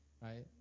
right